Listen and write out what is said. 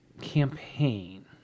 campaign